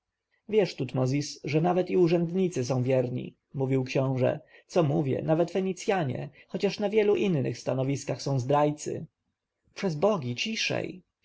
wiesz tutmozis że nawet i urzędnicy są wierni mówił książę co mówię nawet fenicjanie chociaż na wielu innych stanowiskach są zdrajcy przez bogi ciszej